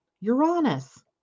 Uranus